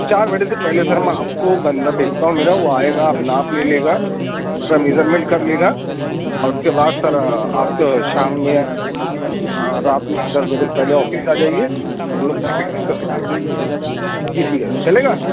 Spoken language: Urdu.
چار بجے سے پہلے سر میں آپ کو بندہ بھیجتا ہوں میرا وہ آئے گا آپ ناپ لے لے گا تھوڑا میزرمینٹ کر لے گا اور اس کے بعد سر آپ شام میں رات میں دس بجے سے پہلے آفس آ جائیے جی ٹھیک ہے سر چلے گا